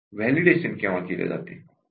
validation केव्हा घेतले जाते